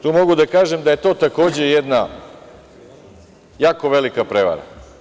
Tu mogu da kažem da je to takođe jedna jako velika prevara.